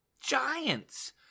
giants